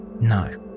No